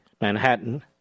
Manhattan